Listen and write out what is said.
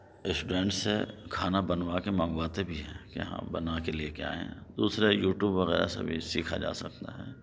students سے کھانا بنوا کے منگواتے بھی ہیں کہ ہاں بنا کے لے کے آئیں دوسرے یوٹیوب وغیرہ سے بھی سیکھا جا سکتا ہے